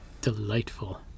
Delightful